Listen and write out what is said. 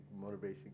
motivation